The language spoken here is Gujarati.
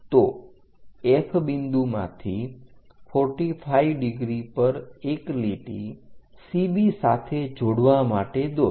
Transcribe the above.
તો F બિંદુમાંથી 45° પર એક લીટી CB સાથે જોડવા માટે દોરો